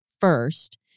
first